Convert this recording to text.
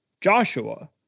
Joshua